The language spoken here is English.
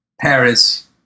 Paris